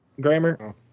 Grammar